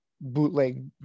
bootleg